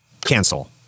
Cancel